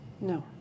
No